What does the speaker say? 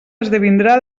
esdevindrà